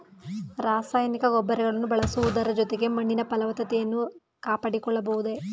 ರಾಸಾಯನಿಕ ಗೊಬ್ಬರಗಳನ್ನು ಬಳಸುವುದರ ಜೊತೆಗೆ ಮಣ್ಣಿನ ಫಲವತ್ತತೆಯನ್ನು ಕಾಪಾಡಿಕೊಳ್ಳಬಹುದೇ?